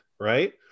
right